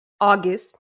August